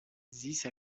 these